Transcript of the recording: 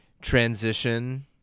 transition